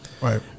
Right